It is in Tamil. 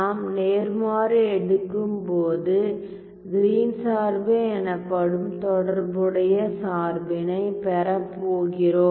நாம் நேர்மாறு எடுக்கும்போது கிரீன்Green's சார்பு எனப்படும் தொடர்புடைய சார்பினைப் பெறப்போகிறோம்